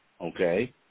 okay